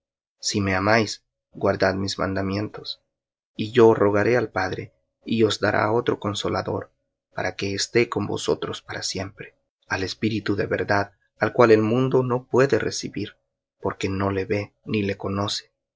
si me amáis guardad mis mandamientos y yo rogaré al padre y os dará otro consolador para que esté con vosotros para siempre al espíritu de verdad al cual el mundo no puede recibir porque no le ve ni le conoce